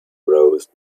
rows